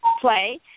play